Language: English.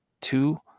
two